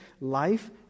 Life